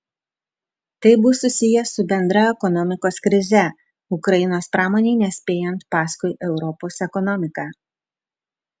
tai bus susiję su bendra ekonomikos krize ukrainos pramonei nespėjant paskui europos ekonomiką